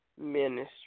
Ministry